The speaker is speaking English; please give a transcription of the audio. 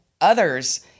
others